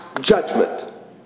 judgment